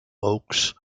oaks